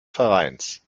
vereins